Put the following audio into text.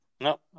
No